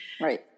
Right